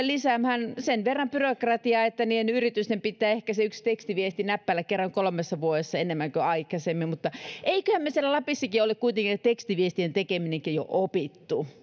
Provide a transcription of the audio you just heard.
lisäämään sen verran byrokratiaa että niiden yritysten pitää ehkä se yksi tekstiviesti näppäillä kerran kolmessa vuodessa enemmän kuin aikaisemmin mutta emmeköhän me siellä lapissakin ole kuitenkin tekstiviestien tekemisen jo oppineet